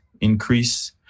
increase